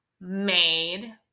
made